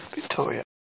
Victoria